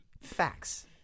facts